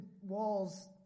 Walls